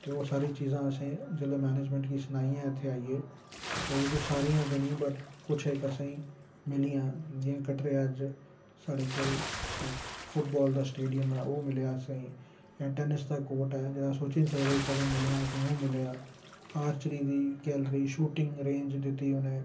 ते ओह् सारी चीज़ां जिसलै असें मैनजमैंट गी सुनाइया इत्थैं आइयै ते ओह् सारियां ते नेईं बट कुछ इक असेंगी मिलियां जियां कटरे अज्ज साढ़े कोल इक फुटबाल दा स्टेडियम ऐ ओह् मिलेआ असेंगी जियां टैनिस दा कोर्ट ऐ जेह्ड़ा अस सोची नीं सकदे कि कदें मिलना असेंगी ओह् मिलेआ आर्चरी दी गैलरी शूटिंग रेंज दित्ती उनें